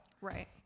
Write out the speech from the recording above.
right